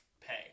pay